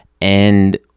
And-